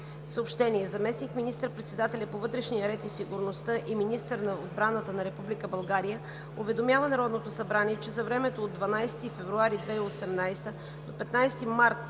събрание. Заместник министър-председателят по обществения ред и сигурността и министър на отбраната на Република България уведомява Народното събрание, че за времето от 12 февруари 2018 г. до 15 май